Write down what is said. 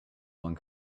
one